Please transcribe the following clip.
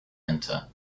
enter